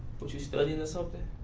what you studying or something?